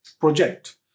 project